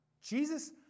Jesus